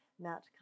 Matt